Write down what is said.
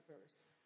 verse